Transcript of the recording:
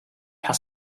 has